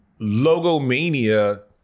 Logomania